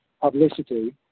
publicity